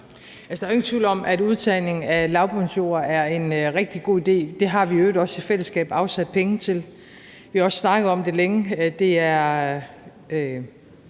er jo ingen tvivl om, at udtagning af lavbundsjorder er en rigtig god idé. Det har vi i øvrigt også i fællesskab afsat penge til. Vi har også snakket om det længe.